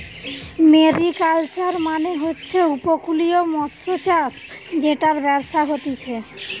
mariculture মানে হচ্ছে উপকূলীয় মৎস্যচাষ জেটার ব্যবসা হতিছে